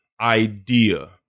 idea